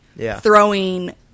throwing